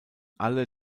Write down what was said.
alle